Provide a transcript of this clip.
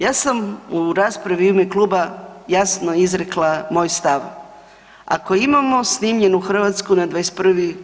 Ja sam u raspravi u ime kluba jasno izrekla moj stav, ako imamo snimljenu Hrvatsku na 21.